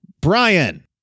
Brian